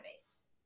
database